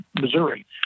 Missouri